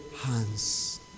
hands